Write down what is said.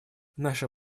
наша